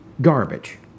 garbage